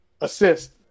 assist